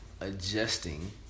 adjusting